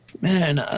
Man